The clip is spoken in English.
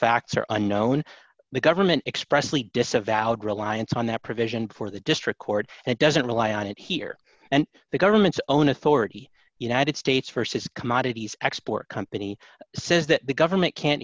are unknown the government expressly disavowed reliance on that provision for the district court and it doesn't rely on it here and the government's own authority united states vs commodities export company says that the government can't